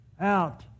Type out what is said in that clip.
out